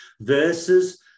versus